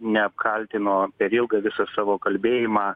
neapkaltino per ilgą visą savo kalbėjimą